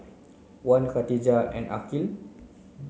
Wan Katijah and Aqil